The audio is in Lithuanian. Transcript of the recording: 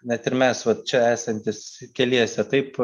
net ir mes va čia esantys keliese taip